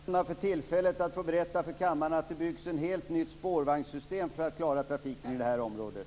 Fru talman! Jag tackar för tillfället att få berätta för kammaren att det byggs ett helt nytt spårvagnssystem för att klara trafiken i det här området.